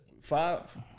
Five